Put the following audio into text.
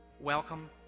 welcome